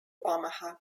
omaha